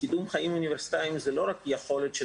קידום חיים אוניברסיטאיים זה לא רק יכולת של